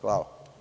Hvala.